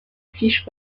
fiche